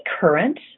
current